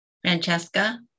Francesca